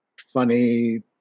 funny